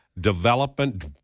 development